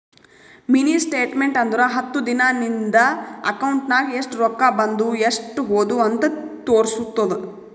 mini statement ಅಂದುರ್ ಹತ್ತು ದಿನಾ ನಿಂದ ಅಕೌಂಟ್ ನಾಗ್ ಎಸ್ಟ್ ರೊಕ್ಕಾ ಬಂದು ಎಸ್ಟ್ ಹೋದು ಅಂತ್ ತೋರುಸ್ತುದ್